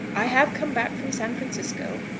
i have come back from san francisco.